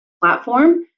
platform